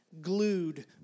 glued